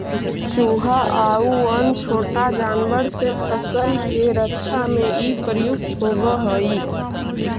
चुहा आउ अन्य छोटा जानवर से फसल के रक्षा में इ प्रयुक्त होवऽ हई